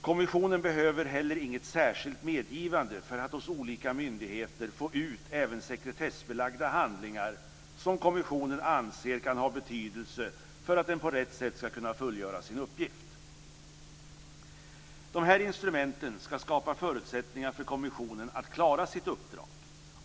Kommissionen behöver heller inget särskilt medgivande för att hos olika myndigheter få ut även sekretessbelagda handlingar som kommissionen anser kan ha betydelse för att den på rätt sätt ska kunna fullgöra sin uppgift. Dessa instrument ska skapa förutsättningar för kommissionen att klara sitt uppdrag.